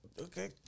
okay